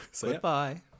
Goodbye